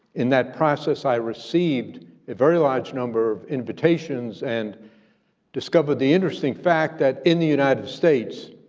in that process, i received a very large number of invitations and discovered the interesting fact that in the united states,